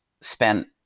spent